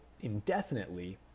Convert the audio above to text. indefinitely